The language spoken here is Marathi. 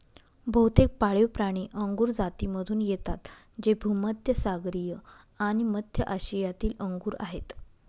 बहुतेक पाळीवप्राणी अंगुर जातीमधून येतात जे भूमध्य सागरीय आणि मध्य आशियातील अंगूर आहेत